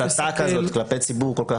הסתה כזאת כלפי ציבור כל כך גדול,